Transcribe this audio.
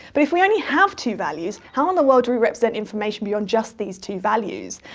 but if we only have two values, how in the world do we represent information beyond just these two values?